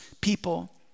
people